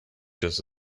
just